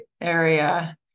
Area